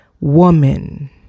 woman